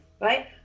right